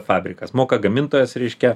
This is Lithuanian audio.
fabrikas moka gamintojas reiškia